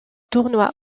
tournoi